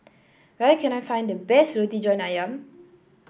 where can I find the best Roti John ayam